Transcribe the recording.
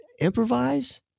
improvise